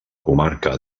comarca